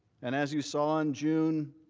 and as you saw in june,